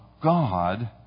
God